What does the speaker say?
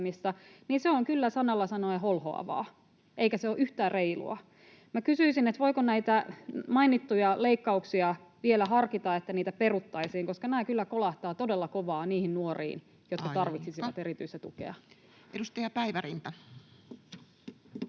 niin se on kyllä sanalla sanoen holhoavaa, eikä se ole yhtään reilua. Minä kysyisin, voiko näitä mainittuja leikkauksia vielä harkita, että ne peruttaisiin, koska nämä kyllä kolahtavat todella kovaa niihin nuoriin, jotka [Puhemies: Aika!] tarvitsisivat erityistä tukea. [Speech 71]